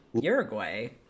Uruguay